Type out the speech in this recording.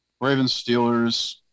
Ravens-Steelers